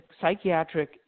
psychiatric